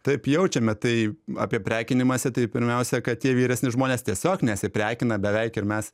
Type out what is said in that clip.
taip jaučiame tai apie prekinimąsi tai pirmiausia kad tie vyresni žmonės tiesiog nesiprekina beveik ir mes